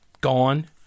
Gone